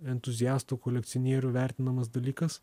entuziastų kolekcionierių vertinamas dalykas